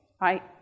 right